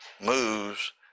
moves